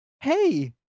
hey